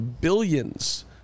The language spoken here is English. billions